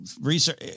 research